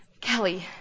Kelly